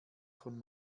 von